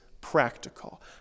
practical